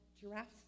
giraffes